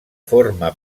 forma